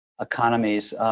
economies